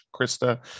Krista